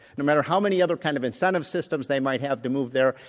no matter how many other kind of incentive systems they might have to move there,